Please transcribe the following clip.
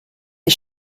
les